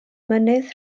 mynydd